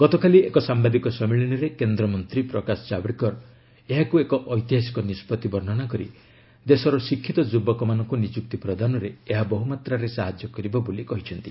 ଗତକାଲି ଏକ ସାମ୍ବାଦିକ ସମ୍ମିଳନୀରେ କେନ୍ଦ୍ର ମନ୍ତ୍ରୀ ପ୍ରକାଶ ଜାଭଡେକର ଏହାକୁ ଏକ ଐତିହାସିକ ନିଷ୍ପଭି ବର୍ଷ୍ଣନା କରି ଦେଶର ଶିକ୍ଷିତ ଯୁବକମାନଙ୍କୁ ନିଯୁକ୍ତି ପ୍ରଦାନରେ ଏହା ବହୁ ମାତ୍ରାରେ ସାହାଯ୍ୟ କରିବ ବୋଲି କହିଚ୍ଛନ୍ତି